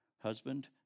husband